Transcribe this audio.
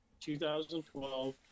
2012